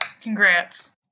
congrats